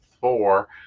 four